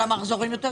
המחזורים גדולים יותר.